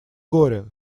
горя